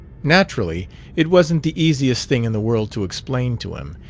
naturally it wasn't the easiest thing in the world to explain to him,